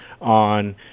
on